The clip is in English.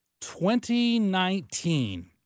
2019—